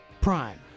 prime